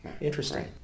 Interesting